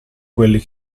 quelli